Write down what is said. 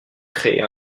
créée